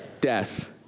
death